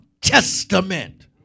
Testament